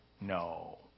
no